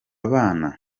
bana